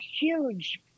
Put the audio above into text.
huge